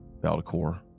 Valdecor